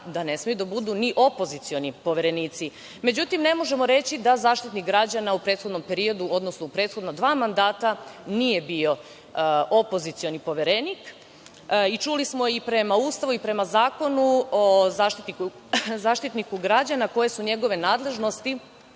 ali ne smeju da budu ni opozicioni poverenici. Ne možemo reći da Zaštitnik građana u prethodnom periodu, odnosno u dva mandata nije bio opozicioni poverenik. Čuli smo prema Ustavu i prema Zakonu o Zaštitniku građana koje su njegove nadležnosti